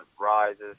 rises